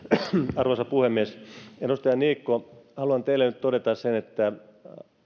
arvoisa puhemies edustaja niikko haluan teille nyt todeta sen että